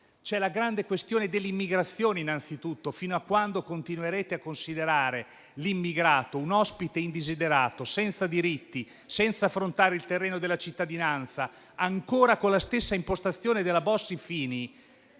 la grande questione dell'immigrazione: fino a quando continuerete a considerare l'immigrato un ospite indesiderato, senza diritti, senza affrontare il terreno della cittadinanza, ancora con la stessa impostazione della Bossi-Fini,